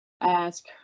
ask